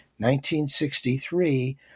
1963